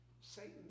Satan